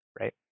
right